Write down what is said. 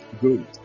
good